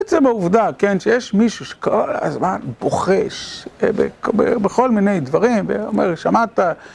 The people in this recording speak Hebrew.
בעצם העובדה, כן, שיש מישהו שכל הזמן בוחש בכל מיני דברים, ואומר, שמעת...